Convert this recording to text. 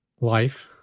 life